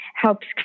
helps